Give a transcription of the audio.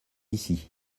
ici